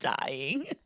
dying